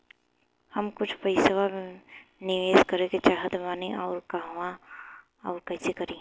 हम कुछ पइसा निवेश करे के चाहत बानी और कहाँअउर कइसे करी?